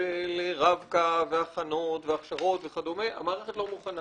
של רב-קו והכנות והכשרות וכדומה, המערכת לא מוכנה